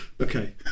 okay